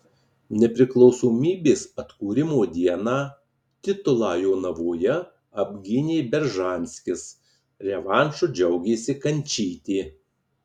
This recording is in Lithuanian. nepriklausomybės atkūrimo dieną titulą jonavoje apgynė beržanskis revanšu džiaugėsi kančytė